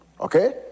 Okay